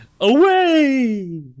Away